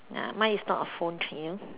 ya mine is not a phone thingy